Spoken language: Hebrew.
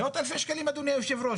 מאות אלפי שקלים אדוני היו"ר.